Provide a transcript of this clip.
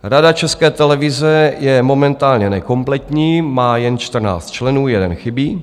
Rada České televize je momentálně nekompletní, má jen 14 členů, jeden chybí.